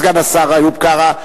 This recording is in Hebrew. סגן השר איוב קרא,